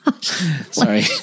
Sorry